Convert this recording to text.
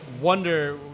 wonder